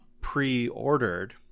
pre-ordered